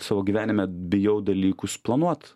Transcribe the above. savo gyvenime bijau dalykus planuot